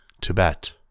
Tibet